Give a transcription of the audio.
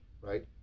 right